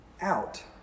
out